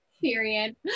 period